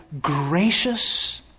gracious